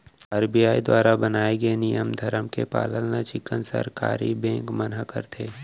RBI दुवारा बनाए गे नियम धरम के पालन ल चिक्कन सरकारी बेंक मन ह करथे